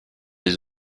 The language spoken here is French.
les